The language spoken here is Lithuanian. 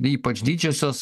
ypač didžiosios